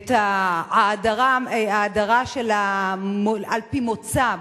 את ההדרה על-פי מוצא,